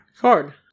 Card